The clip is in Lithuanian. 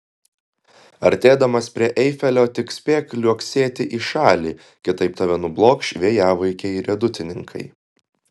artėdamas prie eifelio tik spėk liuoksėti į šalį kitaip tave nublokš vėjavaikiai riedutininkai